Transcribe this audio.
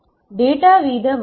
data வீத வரம்புகள்